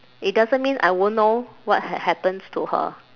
it doesn't mean I won't know what had happens to her